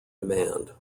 demand